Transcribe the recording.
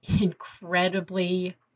incredibly